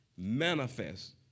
manifest